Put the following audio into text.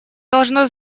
должно